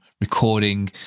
recording